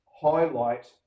highlight